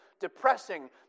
depressing